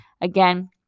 Again